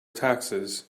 taxes